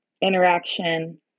interaction